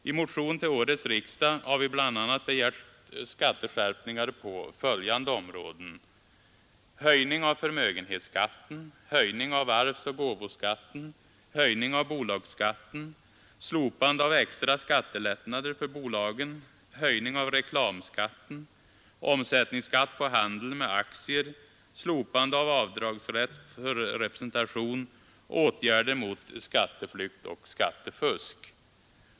I motion till årets riksdag har vi bl.a. begärt skatteskärpningar genom följande åtgärder: höjning av förmögenhetsskatten, höjning av arvsoch gåvoskatten, höjning av bolagsskatten, slopande av extra skattelättnader för bolagen, höjning av reklamskatten, omsättningsskatt på handel med aktier, slopande av avdragsrätt för representation samt åtgärder mot skatteflykt och skattefusk.